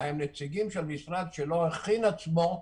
הם נציגים של משרד שלא הכין עצמו,